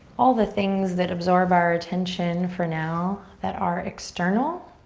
all the things that absorb our attention for now that are external.